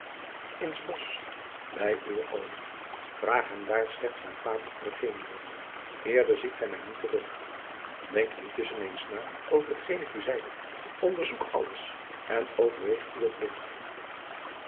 in s bosch bij uwen oom vraag hem daar slechts naar pater eugenio eerder ziet gij mij niet terug denk intusschen eens na over hetgeen ik u zeide onderzoek alles en overweeg uwen plicht